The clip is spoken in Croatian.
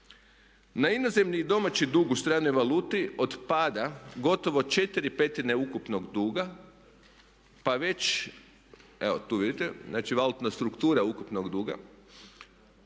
Na inozemni i domaći dug u stranoj valuti od pada gotovo četiri petine ukupnog duga pa već evo tu vidite, znači valutna struktura ukupnog duga,